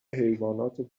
حیوانات